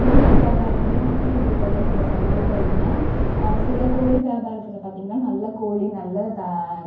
கோழி வியாபாரத்தில் மக்கள் எதிர்கொள்ளும் சில சவால்கள்னால் சில கோழி வியாபாரத்தில் பாரத்திங்கினா நல்ல கோழி நல்ல த